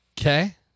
Okay